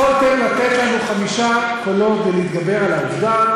יכולתם לתת לנו חמישה קולות ולהתגבר על העובדה